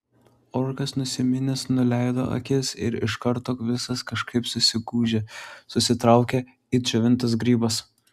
orkas nusiminęs nuleido akis ir iš karto visas kažkaip susigūžė susitraukė it džiovintas grybas